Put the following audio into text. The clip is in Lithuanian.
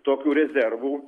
tokių rezervų